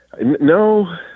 No